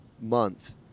month